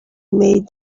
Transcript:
made